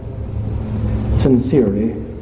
sincerely